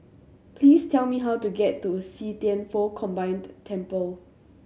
please tell me how to get to See Thian Foh Combined Temple